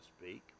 speak